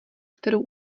kterou